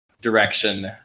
Direction